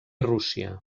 rússia